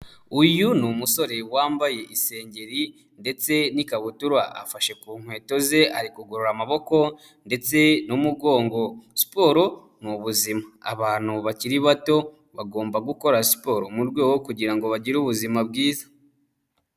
Uyu ni umusore wambaye isengeri ndetse n'ikabutura afashe ku nkweto ze ari kugorora amaboko ndetse n'umugongo, siporo mu buzima, abantu bakiri bato bagomba gukora siporo mu rwego kugira ngo bagire ubuzima bwiza.